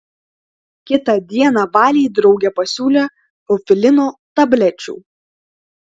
kitą dieną valei draugė pasiūlė eufilino tablečių